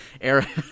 eric